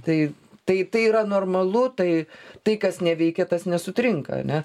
tai tai tai yra normalu tai tai kas neveikia tas nesutrinka ane